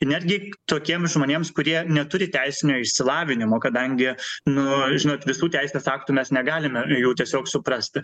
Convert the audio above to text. netgi tokiems žmonėms kurie neturi teisinio išsilavinimo kadangi nu žinot visų teisės aktų mes negalime jų tiesiog suprasti